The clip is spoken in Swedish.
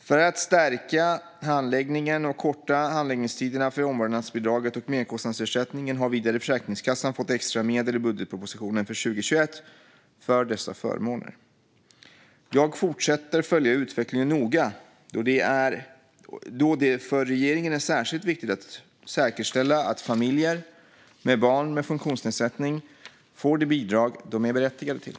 För att stärka handläggningen och korta handläggningstiderna för omvårdnadsbidraget och merkostnadsersättningen har vidare Försäkringskassan fått extra medel i budgetpropositionen för 2021 för dessa förmåner. Jag fortsätter att följa utvecklingen noga, då det för regeringen är särskilt viktigt att säkerställa att familjer med barn med funktionsnedsättning får det bidrag som de är berättigade till.